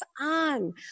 on